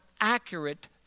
accurate